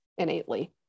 innately